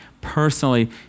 personally